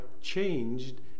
changed